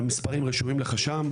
והמספרים רשומים לך על הדף שמסרתי לך.